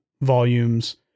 volumes